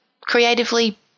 creatively